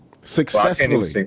Successfully